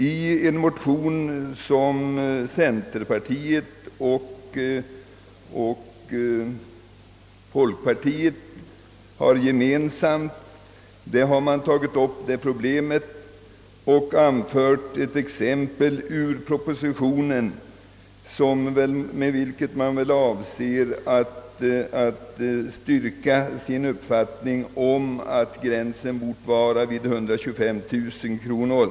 I en centeroch folkpartimotion har frågan tagits upp och ett exempel i propositionen anförts varmed avsikten väl är att styrka uppfattningen att gränsen bort ligga vid 125 000 kronor.